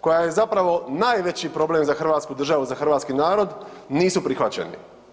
koja je zapravo najveći problem za hrvatsku državu i za hrvatski narod, nisu prihvaćeni.